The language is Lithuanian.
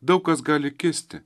daug kas gali kisti